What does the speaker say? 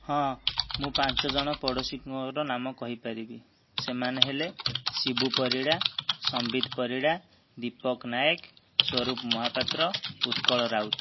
ହଁ ମୁଁ ପାଞ୍ଚ ଜଣ ପଡ଼ୋଶୀଙ୍କର ନାମ କହିପାରିବି ସେମାନେ ହେଲେ ଶିବୁ ପରିଡ଼ା ସମ୍ବିତ ପରିଡ଼ା ଦୀପକ ନାୟକ ସ୍ୱରୂପ ମହାପାତ୍ର ଉତ୍କଳ ରାଉତ